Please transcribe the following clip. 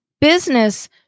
Business